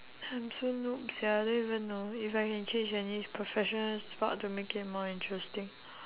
I'm so noob sia I don't even know if I can change any professional sport to make it more interesting